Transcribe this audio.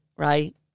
Right